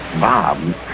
Bob